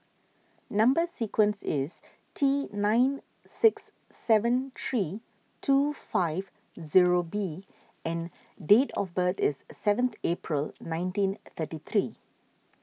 Number Sequence is T nine six seven three two five zero B and date of birth is seventh April nineteen thirty three